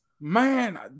man